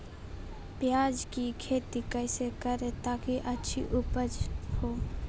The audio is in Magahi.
प्याज की खेती कैसे करें ताकि अच्छी उपज हो?